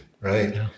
Right